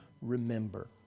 remember